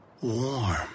warm